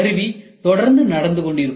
கருவி தொடர்ந்து நகர்ந்து கொண்டிருக்கும்